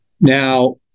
now